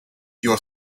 your